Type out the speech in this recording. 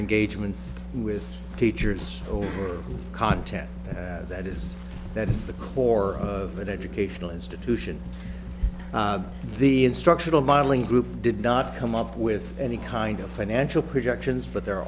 engagement with teachers over content that is that is the core of an educational institution the instructional modeling group did not come up with any kind of financial projections but the